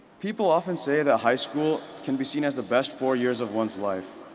people often say that high school can be seen as the best four years of one's life,